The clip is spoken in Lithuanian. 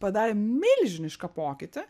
padarėm milžinišką pokytį